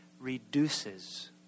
reduces